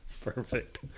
Perfect